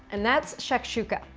and that's shakshuka.